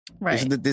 Right